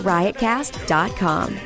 Riotcast.com